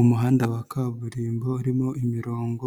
Umuhanda wa kaburimbo urimo imirongo